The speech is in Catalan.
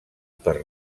per